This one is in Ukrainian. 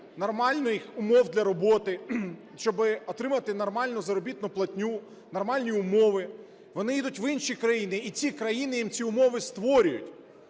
нормальних умов для роботи, щоб отримувати нормальну заробітну платню, нормальні умови. Вони їдуть в інші країни, і ці країни їм ці умови створюють,